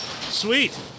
Sweet